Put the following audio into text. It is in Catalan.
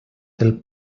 del